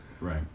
right